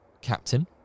captain